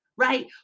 Right